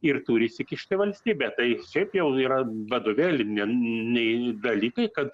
ir turi įsikišti valstybė tai šiaip jau yra vadovėline niai dalykai kad